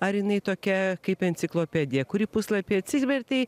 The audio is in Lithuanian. ar jinai tokia kaip enciklopedija kurį puslapį atsivertei